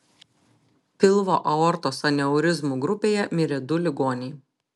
pilvo aortos aneurizmų grupėje mirė du ligoniai